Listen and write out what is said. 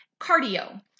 cardio